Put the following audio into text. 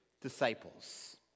disciples